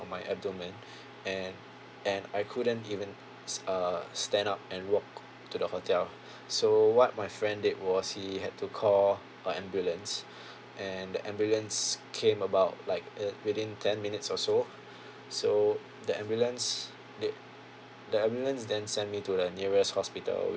on my abdomen and and I couldn't even s~ uh stand up and walk to the hotel so what my friend did was he had to call a ambulance and the ambulance came about like uh within ten minutes or so so the ambulance did the ambulance then send me to the nearest hospital